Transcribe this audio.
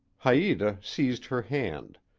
haita seized her hand,